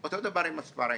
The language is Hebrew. אותו דבר עם הספרים.